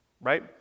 right